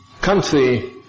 country